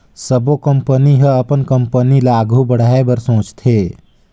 सबो कंपनी ह अपन कंपनी आघु बढ़ाए बर सोचथे